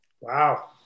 Wow